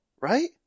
right –